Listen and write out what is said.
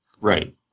Right